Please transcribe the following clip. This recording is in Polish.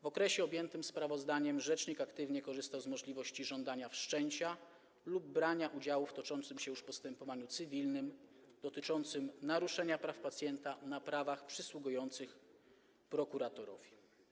W okresie objętym sprawozdaniem rzecznik aktywnie korzystał z możliwości żądania wszczęcia lub brania udziału w toczącym się już postępowaniu cywilnym dotyczącym naruszenia praw pacjenta na prawach przysługujących prokuratorowi.